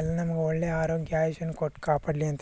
ಎಲ್ಲ ನಮಗೆ ಒಳ್ಳೆಯ ಆರೋಗ್ಯ ಆಯುಷ್ಯವನ್ನು ಕೊಟ್ಟು ಕಾಪಾಡಲಿ ಅಂತ ಹೇಳ್ಬಿಟ್ಟು